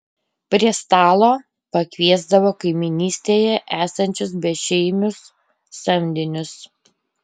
prie stalo pakviesdavo kaimynystėje esančius bešeimius samdinius